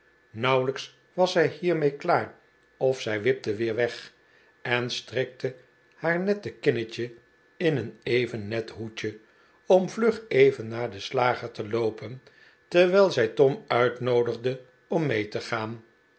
nauwelijks was zij hiermee klaar of zij wipte weer weg en strikte haar nette kinnetje in een even net hoedje om vlug even naar den slager te loopen terwijl zij tom uitnoodigde om mee te gaan